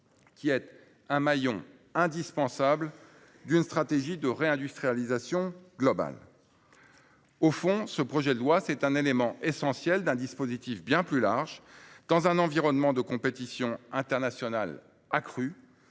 qui est le maillon indispensable d'une stratégie de réindustrialisation globale. Au fond, ce texte est un élément essentiel d'un dispositif bien plus large qui prend place dans un environnement de compétition internationale accrue.